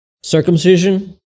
circumcision